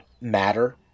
matter